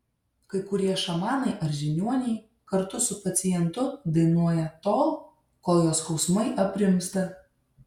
kai kurie šamanai ar žiniuoniai kartu su pacientu dainuoja tol kol jo skausmai aprimsta